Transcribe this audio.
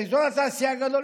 באזור התעשייה הגדול,